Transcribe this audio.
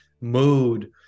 mood